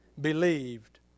believed